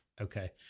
Okay